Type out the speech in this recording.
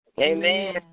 Amen